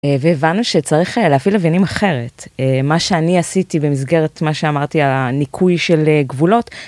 והבנו שצריך להפעיל לוויינים אחרת, מה שאני עשיתי במסגרת מה שאמרתי על הניקוי של גבולות.